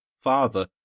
father